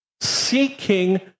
seeking